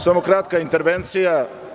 Samo kratka intervencija.